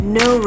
no